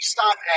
stop